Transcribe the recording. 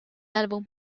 álbum